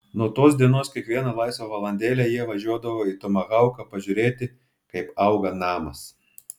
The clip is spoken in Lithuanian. nuo tos dienos kiekvieną laisvą valandėlę jie važiuodavo į tomahauką pažiūrėti kaip auga namas